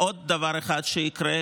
עוד דבר אחד שיקרה,